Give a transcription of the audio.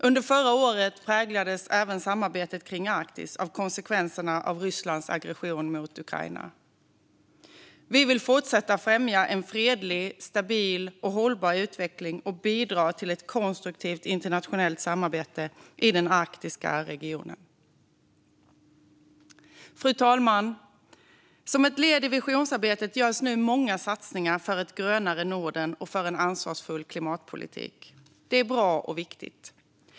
Under förra året präglades även samarbetet kring Arktis av konsekvenserna av Rysslands aggression mot Ukraina. Vi vill fortsätta främja en fredlig, stabil och hållbar utveckling och bidra till ett konstruktivt internationellt samarbete i den arktiska regionen. Fru talman! Som ett led i visionsarbetet görs nu många satsningar för ett grönare Norden och för en ansvarsfull klimatpolitik. Det är bra och viktigt.